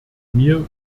mir